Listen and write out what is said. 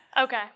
Okay